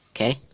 okay